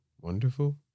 Wonderful